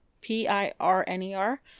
P-I-R-N-E-R